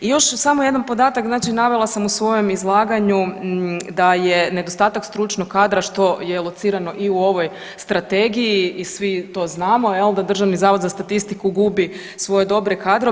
I još samo jedan podatak znači navela sam u svojem izlaganju da je nedostatak stručnog kadra, što je locirano i u ovoj strategiji i svi to znamo jel da Državni zavod za statistiku gubi svoje dobre kadrove.